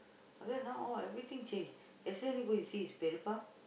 but then now all everything change yesterday I go and see his